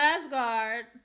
Asgard